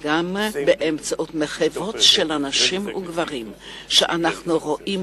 וגם באמצעות מחוות של נשים וגברים שאנחנו רואים